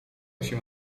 się